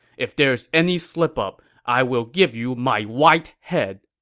if there's any slip-up, i will give you my white head.